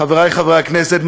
חברי חברי הכנסת,